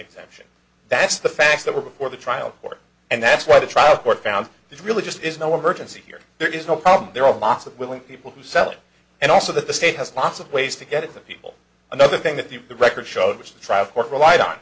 exemption that's the facts that were before the trial court and that's why the trial court found it really just is no emergency here there is no problem there are lots of willing people to settle and also that the state has lots of ways to get it that people another thing that the the record showed which the trial court relied on